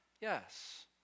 Yes